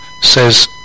says